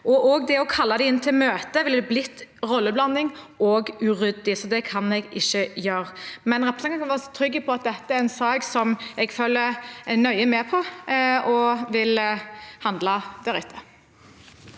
Også det å kalle dem inn til møte ville blitt rolleblanding og uryddig, så det kan jeg ikke gjøre, men representanten kan være trygg på at dette er en sak jeg følger nøye med på, og jeg vil handle deretter.